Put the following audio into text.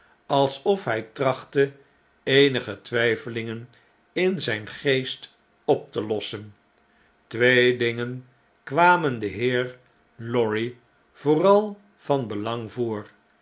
alsof hij trachtte eenige twyfelingen in zijn geest op te lossen twee dingen kwamen den heer lorry vooral van belang voor